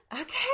okay